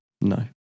No